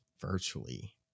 virtually